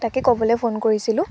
তাকে ক'বলৈ ফোন কৰিছিলোঁ